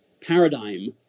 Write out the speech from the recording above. paradigm